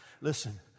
Listen